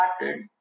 started